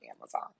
Amazon